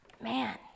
man